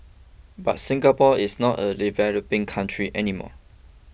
but Singapore is not a developing country any more